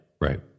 right